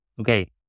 Okay